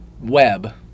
Web